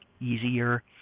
easier